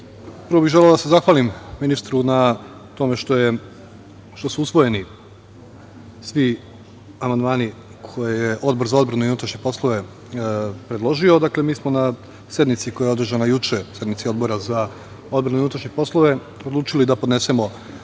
prvo bih želeo da se zahvalim ministru na tome što su usvojeni svi amandmani koje je Odbor za odbranu i unutrašnje poslove predložio. Dakle, mi smo na sednici, koja je održana juče, sednici Odbora za odbranu i unutrašnje poslove, odličili da podnesemo